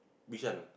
Bishan